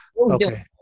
okay